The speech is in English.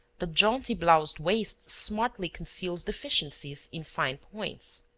the jaunty bloused waist smartly conceals deficiencies in fine points.